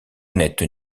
n’êtes